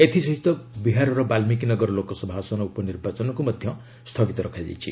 ଏଥିସହିତ ବିହାରର ବାଲ୍ତିକୀ ନଗର ଲୋକସଭା ଆସନ ଉପନର୍ବାଚନକୁ ମଧ୍ୟ ସ୍ଥଗିତ ରଖାଯାଇଛି